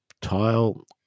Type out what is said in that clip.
tile